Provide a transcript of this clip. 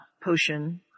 potion